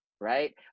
right